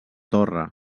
torre